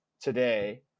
today